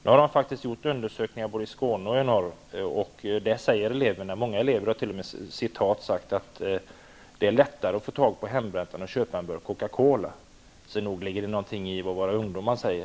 Nu har man faktiskt gjort undersökningar både i Skåne och i norr. Många elever har t.o.m. sagt att ''det är lättare att få tag i hembränt än att köpa en burk Coca-Cola''. Nog ligger det något i vad våra ungdomar säger.